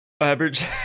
average